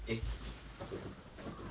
eh apa tu number